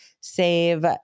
save